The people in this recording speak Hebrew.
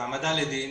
בהעמדה לדין,